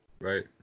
right